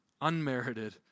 unmerited